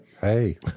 Hey